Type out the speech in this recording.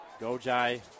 Gojai